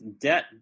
debt